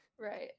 Right